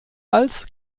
als